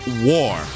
war